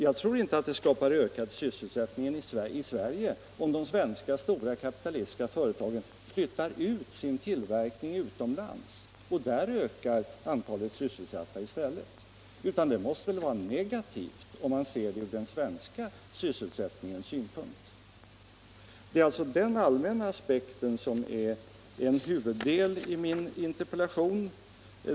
Jag tror inte att det skapar sysselsättning i Sverige om de svenska stora kapitalistiska företagen flyttar ut sin tillverkning utomlands och där ökar antalet sysselsatta i stället, utan det måste väl vara negativt, om man ser det ur den svenska sysselsättningens synpunkt. Det är alltså den allmänna aspekten som är en huvuddel i min interpellation.